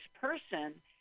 person